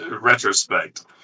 retrospect